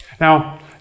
Now